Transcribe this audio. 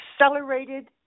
accelerated